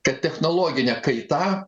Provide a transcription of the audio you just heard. kad technologinė kaita